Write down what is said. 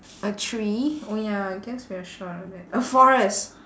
a tree oh ya I guess we are short of that a forest